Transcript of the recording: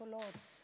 הקולות,